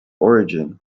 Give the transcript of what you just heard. origin